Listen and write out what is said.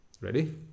Ready